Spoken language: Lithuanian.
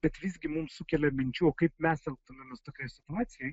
bet visgi mums sukelia minčių o kaip mes elgtumėmės tokioj situacijoj